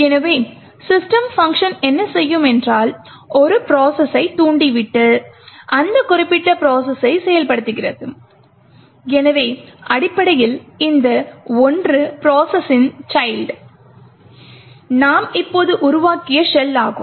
எனவே system function என்ன செய்யும் என்றால் அது ஒரு ப்ரோசஸை தூண்டிவிட்டு அந்த குறிப்பிட்ட ப்ரோசஸைச் செயல்படுத்துகிறது எனவே அடிப்படையில் இந்த "1" ப்ரோசஸின் சைல்ட் நாம் இப்போது உருவாக்கிய ஷெல் ஆகும்